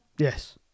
yes